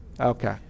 Okay